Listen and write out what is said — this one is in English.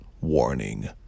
warning